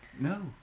No